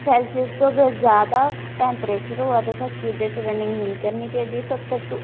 Celsius तकर जैदा temperature होऐ ते ओह्दे च रनिंग नेईं करनी चाहिदी